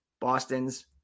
Boston's